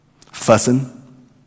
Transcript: Fussing